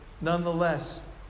nonetheless